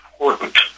important